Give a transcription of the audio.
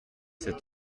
cet